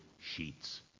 sheets